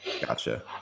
Gotcha